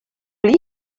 molí